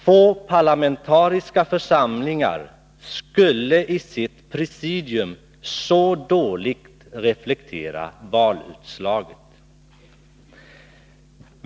Få parlamentariska församlingar skulle i sitt presidium så dåligt reflektera valutslaget.